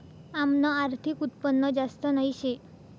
आमनं आर्थिक उत्पन्न जास्त नही शे